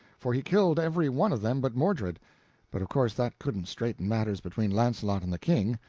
for he killed every one of them but mordred but of course that couldn't straighten matters between launcelot and the king,